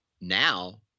now